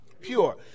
Pure